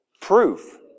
proof